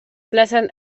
plazan